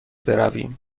برویم